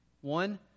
One